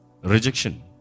Rejection